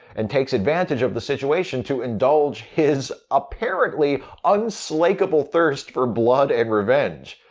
and takes advantage of the situation to indulge his apparently unslakable thirst for blood and revenge.